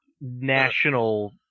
national